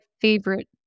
favorite